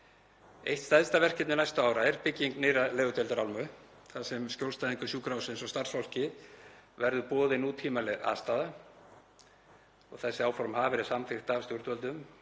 Eitt stærsta verkefni næstu ára er bygging nýrrar legudeildarálmu þar sem skjólstæðingum sjúkrahússins og starfsfólki verður boðin nútímaleg aðstaða. Þessi áform hafa verið samþykkt af stjórnvöldum